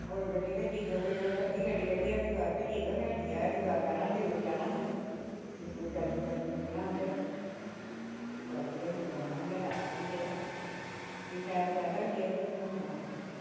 होर गड्डी कोई भेजी देओ कोई करियै गड्डी करियै हरिद्वार भेजी देयो असें हरिद्वार जाना जरूर हा जाना हा असें जरूर जल्दी जल्दी पुज्जना हा उत्थें फ्ही जल्दी असें औना बी हा फिरियै फ्ही टैम ज्यादा होई गेआ फ्ही हून